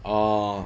ah